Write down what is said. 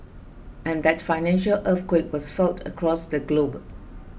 and that financial earthquake was felt across the globe